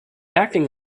acting